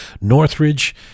Northridge